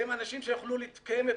הם אנשים שיכלו להתקיים מחקלאות,